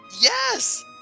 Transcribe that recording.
Yes